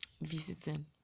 visiting